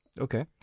Okay